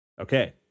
okay